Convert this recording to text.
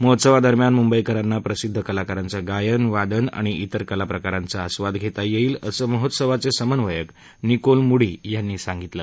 महोत्सवादरम्यान मुंबईकरांना प्रसिद्ध कलाकारांचं गायन वादन आणि तिर कला प्रकरांचा आस्वाद घेता येईल असं महोत्सावाचे समन्वयक निकोल मूडी यांनी सांगितलं